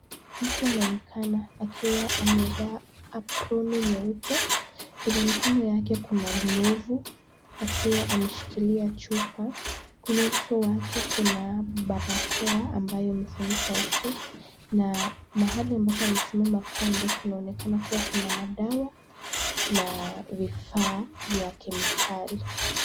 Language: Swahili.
Mtu anaonekana akiwa amevaa aproni nyeupe, kwenye mkono yake kuna glovu akiwa ameshikilia chupa. Kwenye uso wake kuna barakoa ambayo imefunika uso na mahali ambapo amesimama, kando kunaonekana kuwa kuna madawa na vifaa vya kemikali.